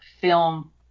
film